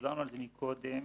דיברנו על זה קודם